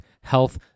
health